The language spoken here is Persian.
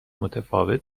متفاوت